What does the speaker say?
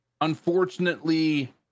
unfortunately